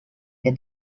que